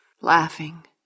laughing